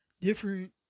different